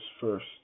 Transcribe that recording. first